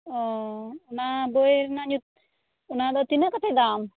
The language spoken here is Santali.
ᱚᱻ ᱚᱱᱟ ᱵᱳᱭ ᱨᱮᱱᱟᱜ ᱧᱩᱛᱩᱢ ᱚᱱᱟ ᱫᱚ ᱛᱤᱱᱟᱹᱜ ᱠᱟᱛᱮ ᱫᱟᱢ